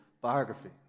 biography